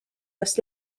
kas